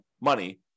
money